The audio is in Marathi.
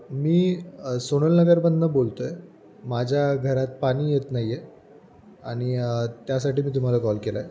मी सोनल नगरमधनं बोलतो आहे माझ्या घरात पाणी येत नाही आहे आणि त्यासाठी मी तुम्हाला कॉल केला आहे